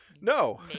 No